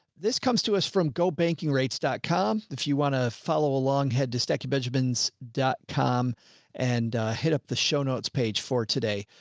this comes to us from gobankingrates com. if you want to follow along head to stackingbenjamins dot com and hit up the show notes page for today,